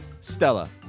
Stella